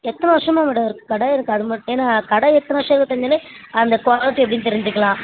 எத்தனை வருஷமாக மேடம் இருக்குது கடை எனக்கு அது மட்டும் ஏன்னா கடை எத்தனை வருஷம் இருக்குது தெரிஞ்சோடன்னே அந்த குவாலிட்டி எப்படினு தெரிஞ்சுக்கலாம்